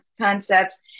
concepts